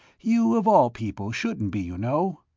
you, of all people, shouldn't be, you know.